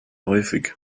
häufig